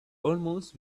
almost